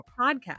podcast